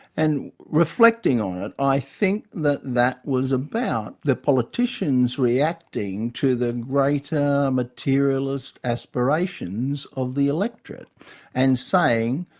and reflecting on it, i think that that was about the politicians reacting to the greater materialist aspirations of the electorate and saying,